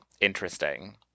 interesting